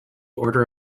order